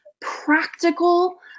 practical